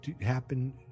happen